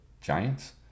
Giants